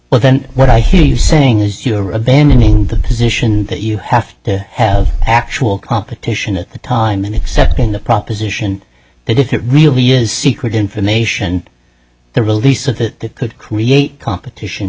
well then what i hear you saying is you're abandoning the position that you have to have actual competition at the time and accepting the proposition that if it really is secret information the release of it could create competition